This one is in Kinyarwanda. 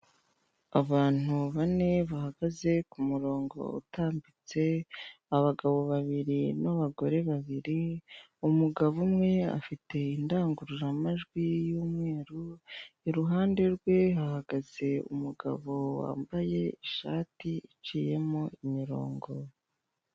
Abantu bane bahagaze ku murongo utambitse, abagabo babiri n'abagore babiri. Umugabo umwe afite indangururamajwi y'umweru, iruhande rwe hahagaze umugabo wambaye ishati icyemo imirongo.